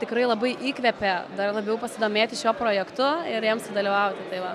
tikrai labai įkvepia dar labiau pasidomėti šiuo projektu ir jam sudalyvauti tai va